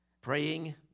praying